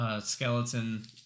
skeleton